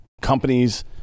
companies